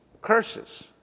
curses